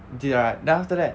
你记得 right then after that